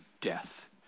death